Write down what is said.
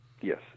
Yes